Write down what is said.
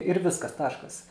ir viskas taškas